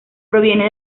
proviene